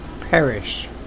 perish